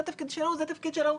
זה תפקיד שלו וזה תפקיד שלו.